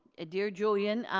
ah dear julian,